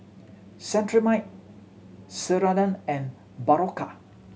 Cetrimide Ceradan and Berocca